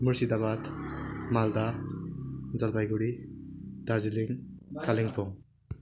Murshidabad Malda Jalpaiguri Darjeeling Kalimpong